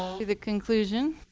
to the conclusion.